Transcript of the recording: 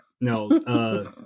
No